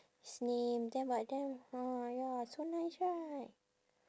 his name then but then ah ya so nice right